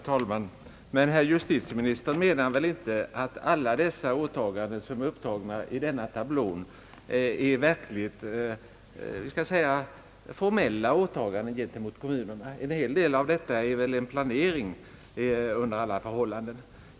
Herr talman! Men justitieministern menar väl inte att alla de polishus som är upptagna i denna tablå representerar formella åtaganden gentemot kommunerna? I en hel del fall rör det sig under alla förhållanden ännu bara om en planering.